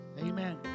amen